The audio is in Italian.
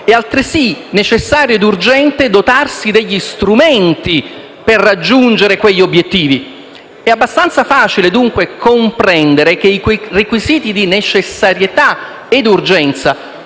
e altresì necessario ed urgente dotarsi degli strumenti per raggiungere quegli obiettivi. È abbastanza facile, dunque, comprendere che quei requisiti di necessità ed urgenza